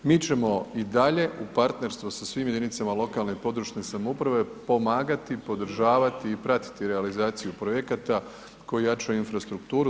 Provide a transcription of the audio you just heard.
Mi ćemo i dalje u partnerstvo sa svim jedinicama lokalne i područne samouprave pomagati, podržavati i pratiti realizaciju projekata koji jačaju infrastrukturu.